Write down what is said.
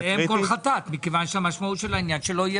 אם כל חטאת מכיוון שהמשמעות של העניין שלא יהיה